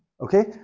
Okay